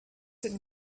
cette